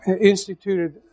instituted